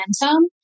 momentum